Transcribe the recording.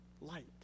Light